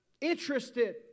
Interested